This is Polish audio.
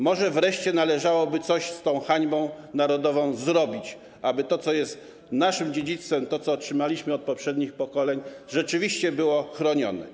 Może wreszcie należałoby coś z tą hańbą narodową zrobić, aby to, co jest naszym dziedzictwem, to, co otrzymaliśmy od poprzednich pokoleń, rzeczywiście było chronione.